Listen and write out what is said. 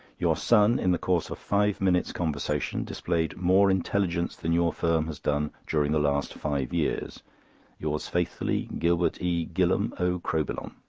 your son, in the course of five minutes' conversation, displayed more intelligence than your firm has done during the last five years yours faithfully, gilbert e. gillam o. crowbillon.